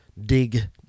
dig